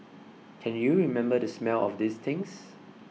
can you remember the smell of these things